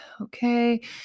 okay